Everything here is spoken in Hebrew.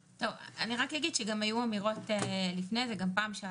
אני רק אגיד שגם היו אמירות לפני כן.